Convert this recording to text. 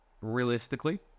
realistically